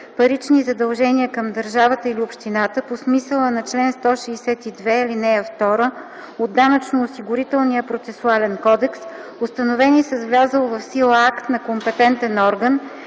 парични задължения към държавата или общината по смисъла на чл. 162, ал. 2 от Данъчно-осигурителния процесуален кодекс, установени с влязъл в сила акт на компетентен орган,